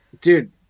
Dude